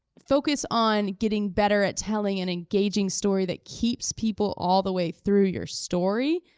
focus on getting better at telling an engaging story that keeps people all the way through your story,